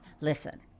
Listen